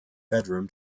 bedroom